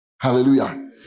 Hallelujah